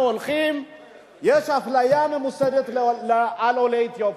הולכים יש אפליה ממוסדת של עולי אתיופיה.